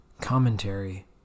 Commentary